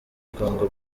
congo